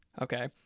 okay